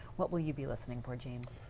what will you be listening for, james.